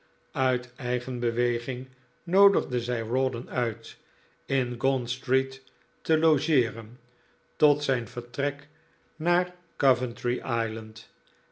uit eigen beweging noodigde zij rawdon uit in gaunt street te logeeren tot zijn vertrek naar coventry island